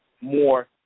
more